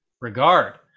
regard